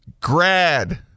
grad